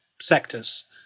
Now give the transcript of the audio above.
sectors